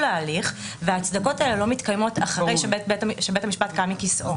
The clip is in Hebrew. ההליך וההצדקות האלה לא מתקיימות אחרי שבית המשפט קם מכיסאו.